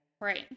Right